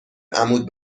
عمود